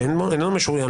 שאינו משוריין,